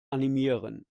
animieren